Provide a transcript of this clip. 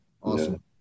Awesome